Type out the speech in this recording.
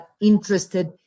interested